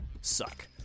suck